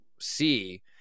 see